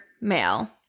male